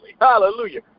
hallelujah